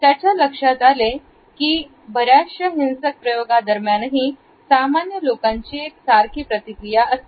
त्याच्या लक्षात आले की बर याच्या हिंसक प्रयोगादरम्यान नही सामान्य लोकांची एक सारखी प्रतिक्रिया होती